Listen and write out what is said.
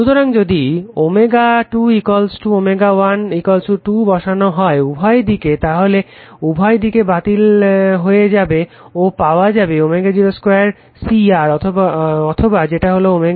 সুতরাং যদি ω2 ω 1 2 বসান হয় উভয় দিকে তাহলে উভয় দিক বাতিল হয়ে যাবে ও পাওয়া যাবে ω0 2 CR অথবা যেটা হলো ω0